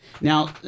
Now